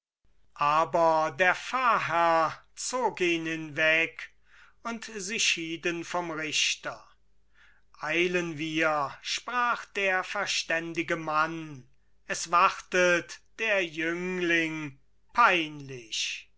aber der pfarrherr zog ihn hinweg und sie schieden vom richter eilen wir sprach der verständige mann es wartet der jüngling peinlich